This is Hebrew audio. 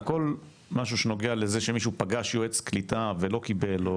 על כל משהו שנוגע לזה שמישהו פגש יועץ קליטה ולא קיבל,